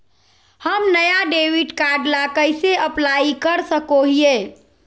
हम नया debit card ला कइसे अप्लाई कर सको हियै?